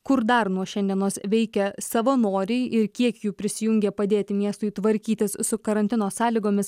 kur dar nuo šiandienos veikia savanoriai ir kiek jų prisijungė padėti miestui tvarkytis su karantino sąlygomis